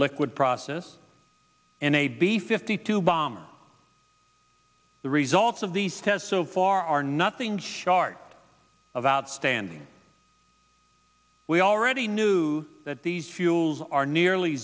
liquid process and a b fifty two bomber the results of these tests so far are nothing short of outstanding we already knew that these fuels are nearly